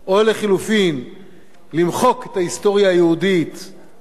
או לחלופין למחוק את ההיסטוריה היהודית-ציונית